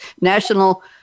National